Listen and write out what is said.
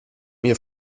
mir